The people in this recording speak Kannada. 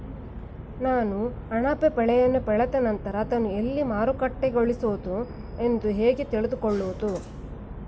ನಾನು ಅಣಬೆ ಬೆಳೆಯನ್ನು ಬೆಳೆದ ನಂತರ ಅದನ್ನು ಎಲ್ಲಿ ಮಾರುಕಟ್ಟೆಗೊಳಿಸಬೇಕು ಎಂದು ಹೇಗೆ ತಿಳಿದುಕೊಳ್ಳುವುದು?